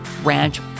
ranch